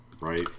right